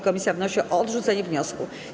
Komisja wnosi o odrzucenie wniosku.